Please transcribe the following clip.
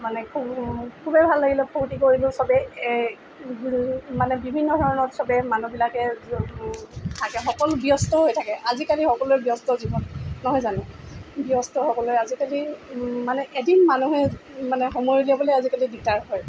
মানে খুবেই ভাল লাগিলে ফূৰ্তি কৰিলোঁ চবেই এই মানে বিভিন্ন ধৰণৰ চবেই মানুহবিলাকে থাকে সকলো ব্যস্তই হৈ থাকে আজিকালি সকলোৰে ব্যস্ত জীৱন নহয় জানো ব্যস্ত হ'বলৈ আজিকালি এদিন মানুহে মানে সময় উলিয়াবলৈ দিগদাৰ হয়